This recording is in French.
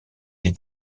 est